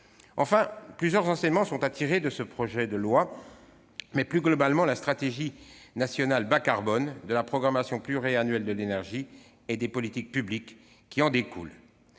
Plusieurs enseignements sont à tirer de ce projet de loi et, plus globalement, de la stratégie nationale bas-carbone, de la programmation pluriannuelle de l'énergie et des politiques publiques qui en découlent.